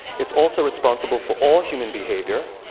it's also responsible for all human behavior,